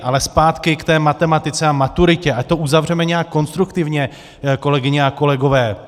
Ale zpátky k matematice a maturitě, ať to uzavřeme nějak konstruktivně, kolegyně a kolegové.